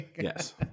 Yes